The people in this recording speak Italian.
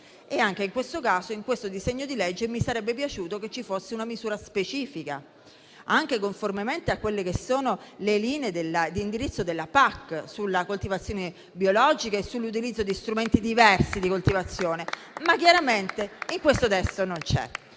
Anche in questo caso, in questo disegno di legge mi sarebbe piaciuto che ci fosse una misura specifica, conformemente a quelle che sono le linee di indirizzo della PAC sulla coltivazione biologica e sull'utilizzo di strumenti diversi di coltivazione. Ma chiaramente tutto ciò in questo testo non c'è.